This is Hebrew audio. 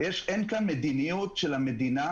צריכה להיות הסדרה רוחבית וזה צריך להיות אחיד,